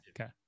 Okay